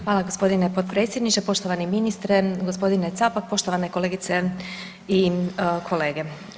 Hvala g. potpredsjedniče, poštovani ministre, gospodine Capak, poštovane kolegice i kolege.